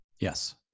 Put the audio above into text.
Yes